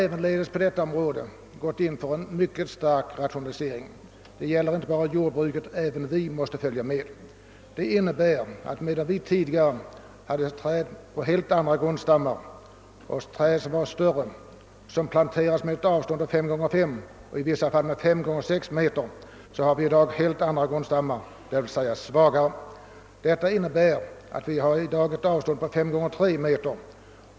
Även på fruktodlingens område har vi gått in för en mycket kraftig rationalisering. Rationaliseringar genomförs alltså inte bara inom jordbruket — även vi fruktodlare måste följa med. Det innebär att medan vi tidigare hade träd på helt andra grundstammar och träd som var större och som plantera des med ett avstånd av 5 gånger 5 meter, i vissa fall 5 gånger 6 meter, har vi i dag helt andra och svagare grundstammar. Avståndet mellan träden är i dag inte mer än 5 gånger 3 meter.